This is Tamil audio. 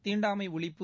தீண்டாமை ஒழிப்பு